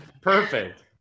Perfect